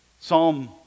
psalm